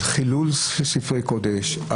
חילול ספרי וקדש,